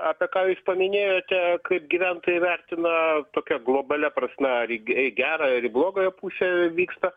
apie ką jūs paminėjote kaip gyventojai vertina tokia globalia prasme ar į ge gerą ir į blogąją pusę vyksta